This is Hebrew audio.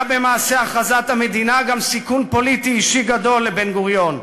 היה במעשה הכרזת המדינה גם סיכון פוליטי אישי גדול לבן-גוריון,